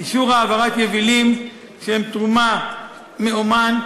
אישור העברת יבילים, שהם תרומה מעומאן,